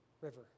River